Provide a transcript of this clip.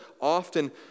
often